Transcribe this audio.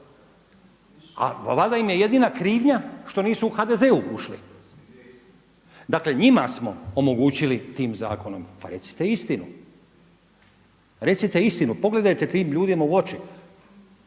A valjda im je jedina krivnja što nisu u HDZ ušli. Dakle, njima smo omogućili tim zakonom, pa recite istinu. Recite istinu. Pogledajte tim ljudima u oči.